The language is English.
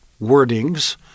wordings